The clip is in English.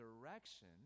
direction